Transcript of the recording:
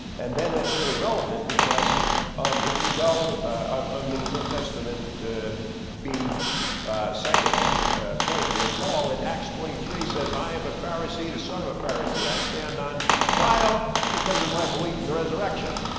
and then that's really relevant because if you go i'm um in a new testament be second point here paul in acts twenty three says, i am a pharisee, the son of a pharisee i stand on trial because of my belief in the resurrection.